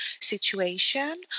situation